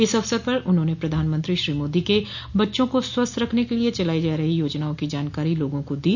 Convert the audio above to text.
इस अवसर पर उन्होंने प्रधानमंत्री श्री मोदी के बच्चों को स्वस्थ रखने के लिए चलाई जा रही योजनाओं की जानकारी लोगों को दी